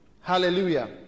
hallelujah